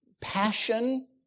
passion